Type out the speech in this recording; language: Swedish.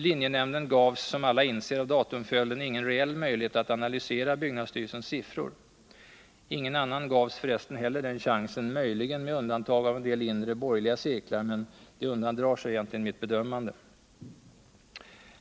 Linjenämnden gavs, som alla inser av datumföljden, ingen reell möjlighet att analysera byggnadsstyrelsens siffror. Ingen annan gavs för resten heller den chansen, möjligen med undantag av en del inre borgerliga cirklar, men det undandrar sig mitt bedömande.